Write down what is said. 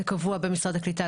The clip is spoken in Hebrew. זה קבוע במשרד הקליטה,